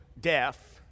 deaf